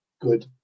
good